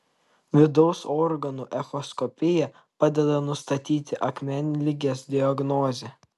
vidaus organų echoskopija padeda nustatyti akmenligės diagnozę